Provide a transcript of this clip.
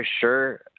sure